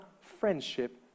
friendship